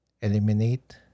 eliminate